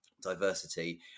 diversity